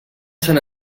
sant